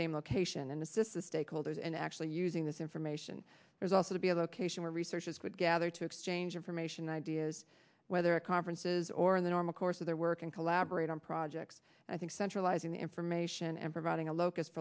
same location and it's just a stakeholders and actually using this information is also to be a location where researchers would gather to exchange information ideas whether at conferences or in the normal course of their work and collaborate on projects i think centralizing the information and providing a locus